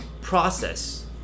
process